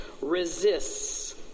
resists